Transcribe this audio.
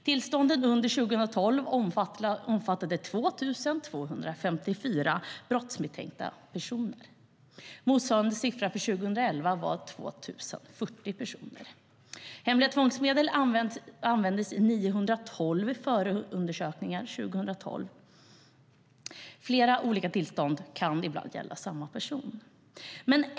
Tillstånden under 2012 omfattade 2 254 brottsmisstänkta personer. Motsvarande siffra för 2011 var 2 040 personer. Hemliga tvångsmedel användes i 912 förundersökningar 2012. Flera olika tillstånd kan dock gälla samma person.